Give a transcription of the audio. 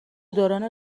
دوران